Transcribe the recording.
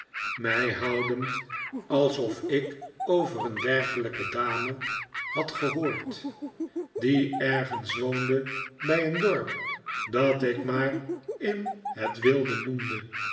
mij houdend alsof ik over een dergelijke dame had gehoord die ergens woonde bij een dorp dat ik maar in het wilde